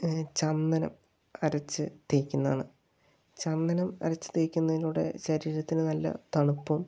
ചന്ദനം അരച്ച് തേയ്ക്കുന്നതാണ് ചന്ദനം അരച്ച് തേയ്ക്കുന്നതിലൂടെ ശരീരത്തിന് നല്ല തണുപ്പും